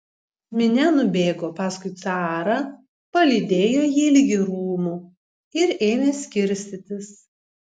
minia nubėgo paskui carą palydėjo jį ligi rūmų ir ėmė skirstytis